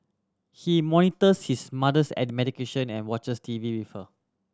he monitors his mother's at the medication and watches T V with her